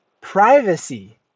privacy